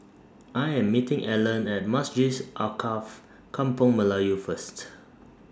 I Am meeting Alleen At Masjid Alkaff Kampung Melayu First